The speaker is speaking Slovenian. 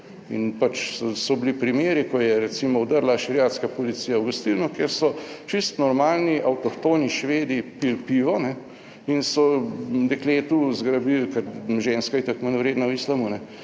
in pač so bili primeri, ko je recimo vdrla šeriatska policija v gostilno, kjer so čisto normalni, avtohtoni Švedi pili pivo in so dekletu zgrabili, ker ženska je itak manjvredna v Islamu,